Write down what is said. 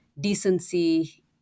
decency